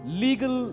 legal